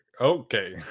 okay